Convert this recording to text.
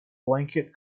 blanket